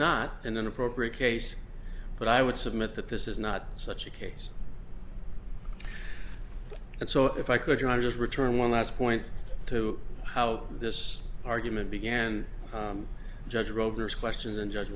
not in an appropriate case but i would submit that this is not such a case and so if i could i just return one last point to how this argument began judge rover's question and judge